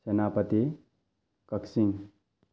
Senapati Kakching